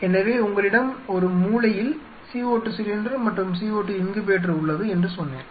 எனவே உங்களிடம் ஒரு மூலையில் CO2 சிலிண்டர் மற்றும் CO2 இன்குபேட்டர் உள்ளது என்று சொன்னேன்